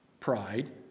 Pride